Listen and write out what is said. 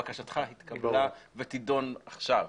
בקשתך התקבלה ותידון עכשיו.